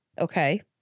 Okay